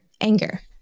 anger